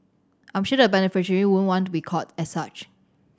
I'm sure the beneficiary wouldn't want to be called as such